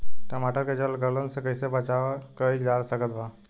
टमाटर के जड़ गलन से कैसे बचाव कइल जा सकत बा?